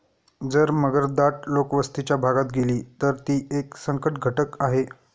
जर मगर दाट लोकवस्तीच्या भागात गेली, तर ती एक संकटघटक आहे